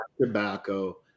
tobacco